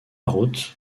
route